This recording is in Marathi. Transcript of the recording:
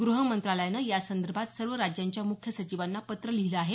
गृहमंत्रालयानं या संदर्भात सर्व राज्यांच्या मुख्य सचिवांना पत्र लिहिलं आहे